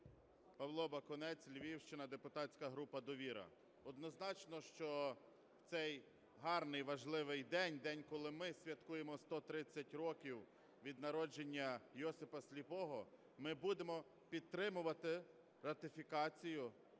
Павло Бакунець, Львівщина, депутатська група "Довіра". Однозначно, що в цей гарний і важливий день - день, коли ми святкуємо 130 років від народження Йосипа Сліпого, ми будемо підтримувати ратифікацію